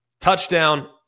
touchdown